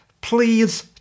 please